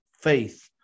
faith